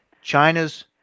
China's